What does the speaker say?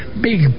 big